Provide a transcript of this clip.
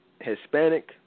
Hispanic